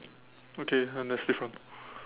okay then that's different